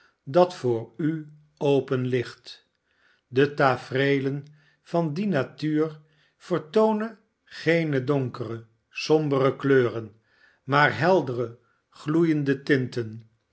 dat voor u open ligt de tafereelen van die natuur vertoonen geene donkere sombere kleuren maar heldere gloeiende tinten